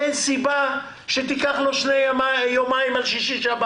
אין סיבה שתיקח לו יומיים על שישי-שבת.